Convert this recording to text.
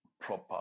proper